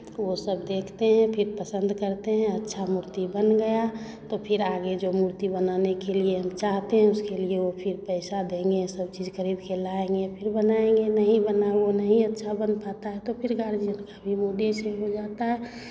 वो सब देखते हैं फिर पसंद करते हैं अच्छा मूर्ति बन गया तो फिर आगे जो मूर्ति बनाने के लिए हम चाहते हैं उसके लिए वो फिर पैसा देंगे ये सब चीज़ खरीद के लाएंगे फिर बनाएंगे नहीं बना वो नहीं अच्छा बन पाता है तो फिर गार्जियन का भी मूड इसीमें हो जाता है